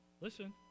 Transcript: Listen